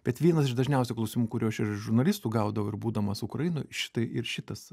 bet vienas iš dažniausių klausimų kurių aš ir iš žurnalistų gaudavau ir būdamas ukrainoj šitai ir šitas